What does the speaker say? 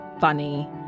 funny